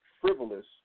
frivolous